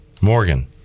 Morgan